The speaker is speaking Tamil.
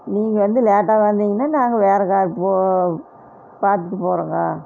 நீங்கள் வந்து லேட்டாக வந்திங்கன்னால் நாங்கள் வேறு கார் போ பார்த்துட்டு போகிறோங்க